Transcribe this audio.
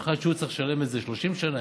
במיוחד שהוא צריך לשלם את זה 30 שנה,